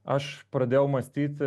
aš pradėjau mąstyti